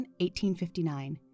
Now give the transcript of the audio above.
1859